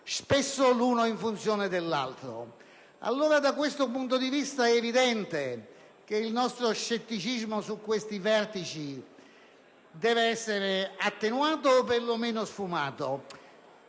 spesso l'uno in funzione dell'altro. Da questo punto di vista, è evidente che il nostro scetticismo su tali vertici deve essere attenuato o quanto meno sfumato.